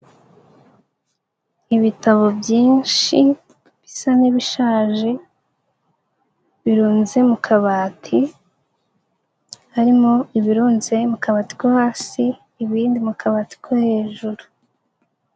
Ibitabo byinshi bisa n'ibishaje birunze mu kabati, harimo ibirunze mu kabati ko hasi ibindi mu kabati ko hejuru.